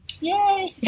Yay